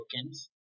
tokens